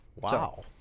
Wow